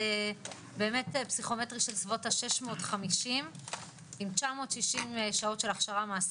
זה באמת פסיכומטרי של סביבות ה-650 עם 960 שעות של הכשרה מעשית,